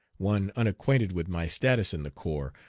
one unacquainted with my status in the corps,